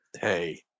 hey